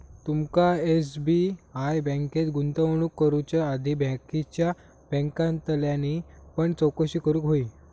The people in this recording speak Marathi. तुमका एस.बी.आय बँकेत गुंतवणूक करुच्या आधी बाकीच्या बॅन्कांतल्यानी पण चौकशी करूक व्हयी